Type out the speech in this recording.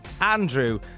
Andrew